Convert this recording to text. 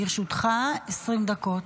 לרשותך 20 דקות.